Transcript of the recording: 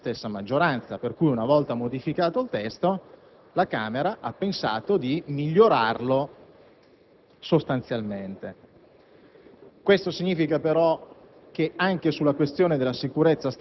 Non sfugge a nessuno il fatto che il via alle modifiche del testo, così come onestamente il Ministro ha affermato anche durante il dibattito in Commissione, sia stato dato